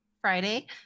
Friday